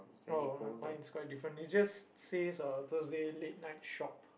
oh mine is quite different it just says uh thursday late night shop